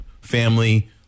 family